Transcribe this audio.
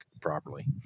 properly